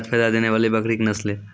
जादा फायदा देने वाले बकरी की नसले?